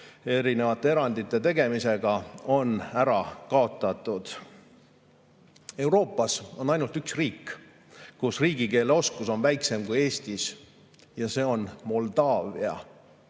erinevate eranditega ära kaotatud. Euroopas on ainult üks riik, kus riigikeeleoskus on väiksem kui Eestis, ja see on Moldaavia.